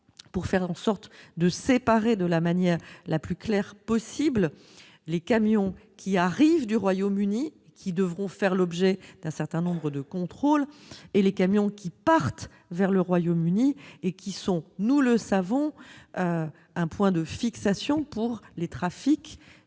afin de séparer de la manière la plus claire possible les camions en provenance du Royaume-Uni, qui devront faire l'objet d'un certain nombre de contrôles, et les camions à destination du Royaume-Uni, qui sont, nous le savons, un point de fixation pour les trafics